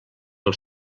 del